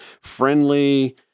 friendly